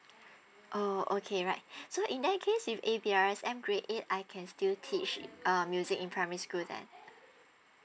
orh okay right so in that case if A_B_R_S_M grade eight I can still teach uh music in primary school then